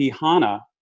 HANA